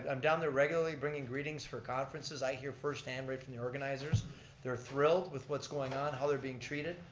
i'm down there regularly bringing greetings for conferences i hear first hand right from the organizers they're thrilled with what's going on, how they're being treated.